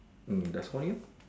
eh there's one here